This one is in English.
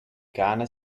ghana